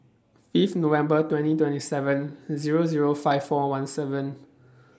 Fifth November twenty twenty seven Zero Zero five four one seven